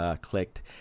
clicked